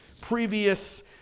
previous